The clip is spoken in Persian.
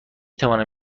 توانم